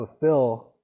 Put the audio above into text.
fulfill